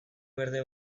berde